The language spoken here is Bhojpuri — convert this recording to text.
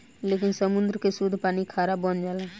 लेकिन समुंद्र के सुद्ध पानी खारा बन जाला